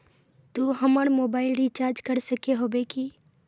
तू हमर mobile recharge कर सके होबे की?